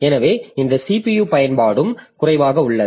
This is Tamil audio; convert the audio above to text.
எனவே இந்த CPU பயன்பாடும் குறைவாக உள்ளது